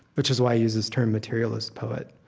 which is why i use this term, materialist poet.